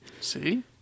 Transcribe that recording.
See